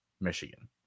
Michigan